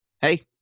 hey